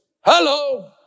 Hello